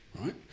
right